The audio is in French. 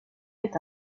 est